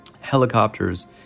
helicopters